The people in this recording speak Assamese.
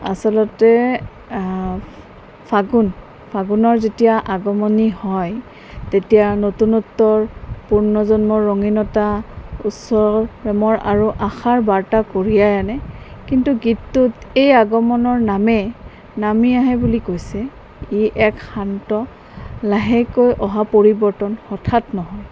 আচলতে ফাগুন ফাগুনৰ যেতিয়া আগমনি হয় তেতিয়া নতুনত্তৰ পূৰ্ণজন্মৰ ৰঙীনতা উচ্চল প্ৰেমৰ আৰু আশাৰ বাৰ্তা কঢ়িয়াই আনে কিন্তু গীতটোত এই আগমনৰ নামে নামি আহে বুলি কৈছে ই এক শান্ত লাহেকৈ অহা পৰিৱৰ্তন হঠাৎ নহয়